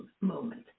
moment